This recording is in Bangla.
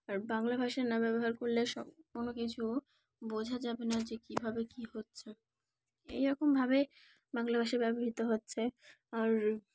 আর বাংলা ভাষা না ব্যবহার করলে সব কোনো কিছু বোঝা যাবে না যে কিভাবে কি হচ্ছে এইরকম ভাবে বাংলা ভাষা ব্যবহৃত হচ্ছে আর